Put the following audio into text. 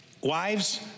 Wives